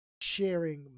sharing